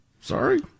Sorry